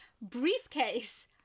briefcase